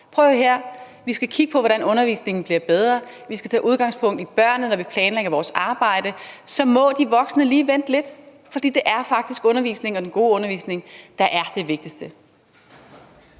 Vi skal kigge på, hvordan undervisningen bliver bedre. Vi skal tage udgangspunkt i børnene, når vi planlægger vores arbejde, og så må de voksne lige vente lidt, for det er faktisk undervisningen og den gode undervisning, der er det vigtigste.